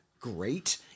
great